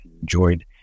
enjoyed